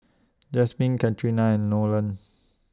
Jasmine Katharina and Nolen